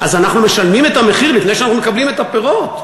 אז אנחנו משלמים את המחיר לפני שאנחנו מקבלים את הפירות.